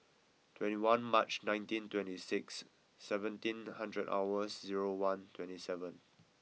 twenty one March nineteen twenty six seventeen hundred hours zero one twenty seven